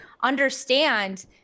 understand